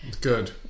Good